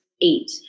eight